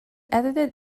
edited